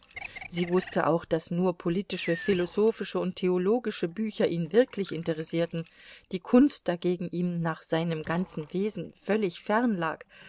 sie wußte auch daß nur politische philosophische und theologische bücher ihn wirklich interessierten die kunst dagegen ihm nach seinem ganzen wesen völlig fern lag